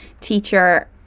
teacher